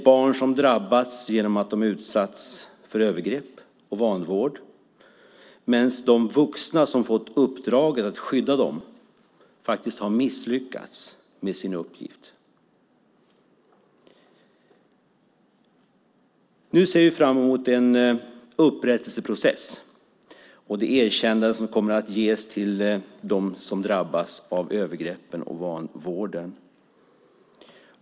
Barn har drabbats genom att de utsatts för övergrepp och vanvård, medan de vuxna som fått uppdraget att skydda dem faktiskt har misslyckats med sin uppgift. Nu ser vi fram emot en upprättelseprocess och det erkännande som kommer att ges till dem som har drabbats av övergreppen och vanvården.